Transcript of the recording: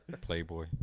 Playboy